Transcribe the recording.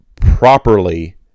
properly